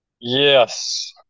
Yes